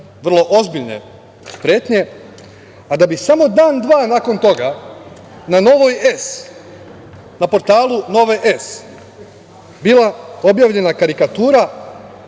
vrlo ozbiljne pretnje, a da bi samo dan, dva nakon toga na „Novoj S“, na portalu „Nove S“ bila objavljena karikatura